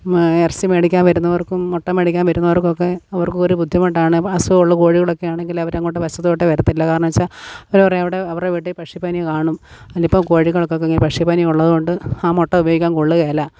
ഇറച്ചി മേടിക്കാൻ വരുന്നവർക്കും മുട്ട മേടിക്കാൻ വരുന്നവർക്കും ഒക്കെ അവർക്കും ഒരു ബുദ്ധിമുട്ടാണ് അസുഖം ഉള്ള കോഴികളൊക്കെ ആണെങ്കിൽ അവർ അങ്ങോട്ട് വശത്തോട്ടേ വരത്തില്ല കാരണം എന്നുവെച്ചാൽ അവർ പറയും അവിടെ അവരുടെ വീട്ടിൽ പക്ഷി പനി കാണും അതിപ്പോൾ കോഴികൾക്കൊക്കെ ഇങ്ങനെ പക്ഷിപ്പനി ഉള്ളതുകൊണ്ട് ആ മുട്ട ഉപയോഗിക്കാൻ കൊള്ളില്ല